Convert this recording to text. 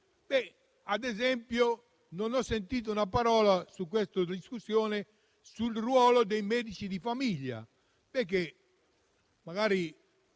Ad esempio, non ho sentito una parola in questa discussione sul ruolo dei medici di famiglia. Forse sono